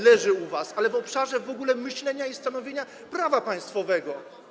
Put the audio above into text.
leży u was, ale i w obszarze w ogóle myślenia i stanowienia prawa państwowego.